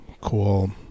cool